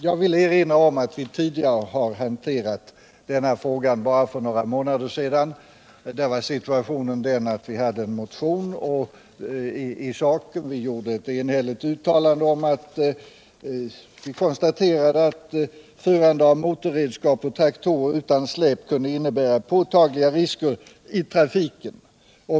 Jag vill erinra om att vi tidigare har hanterat denna fråga — bara för några månader sedan. Då var situationen den att vi hade en motion i saken, och vi gjorde ett enhälligt uttalande där vi konstaterade att förande av motorredskap och traktorer utan släp kunde innebära påtagliga risker i trafiken.